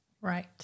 Right